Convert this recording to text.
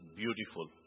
beautiful